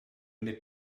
n’ai